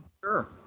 Sure